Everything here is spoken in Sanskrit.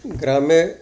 ग्रामे